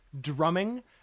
drumming